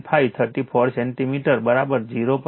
5 34 centimetre 0